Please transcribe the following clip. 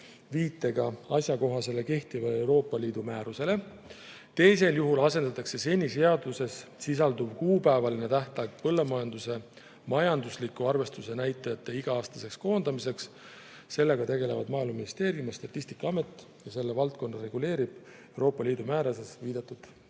viitega asjakohasele kehtivale Euroopa Liidu määrusele. Teisel juhul asendatakse seni seaduses sisalduv kuupäevaline tähtaeg põllumajanduse majandusliku arvestuse näitajate iga-aastaseks koondamiseks. Sellega tegelevad Maaeluministeerium ja Statistikaamet ja seda valdkonda reguleerib Euroopa Liidu määruses viidatud